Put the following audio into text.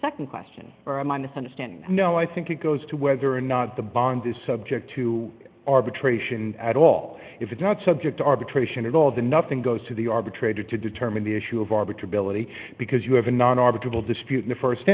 nd question or a minus understand no i think it goes to whether or not the bond is subject to arbitration at all if it's not subject to arbitration at all the nothing goes to the arbitrator to determine the issue of arbiter ability because you have a non article dispute in the